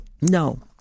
No